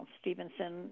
Stevenson